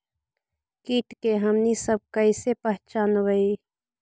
किट के हमनी सब कईसे पहचनबई?